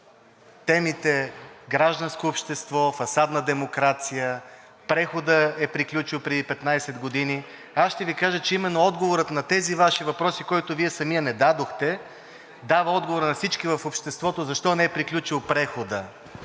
темите „Гражданско общество“, „Фасадна демокрация“, „Преходът е приключил преди 15 години“, аз ще Ви кажа, че именно отговорът на тези Ваши въпроси, който Вие самият не дадохте, дава отговор на всички в обществото защо не е приключил преходът,